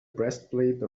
breastplate